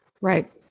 Right